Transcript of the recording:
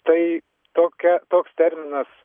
tai tokia toks terminas